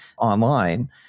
online